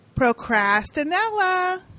Procrastinella